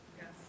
Yes